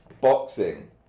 boxing